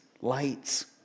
lights